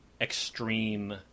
extreme